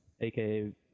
aka